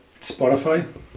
Spotify